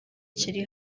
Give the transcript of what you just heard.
kiri